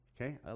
Okay